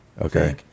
Okay